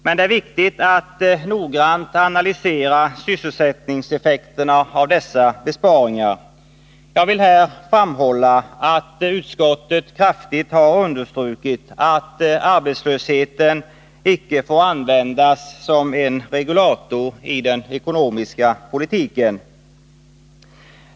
Men det är viktigt att noga analysera sysselsättningseffekterna av dessa besparingar. Jag vill här framhålla att utskottet kraftigt har understrukit att arbetslösheten icke får användas som en regulator i den ekonomiska politiken.